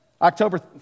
October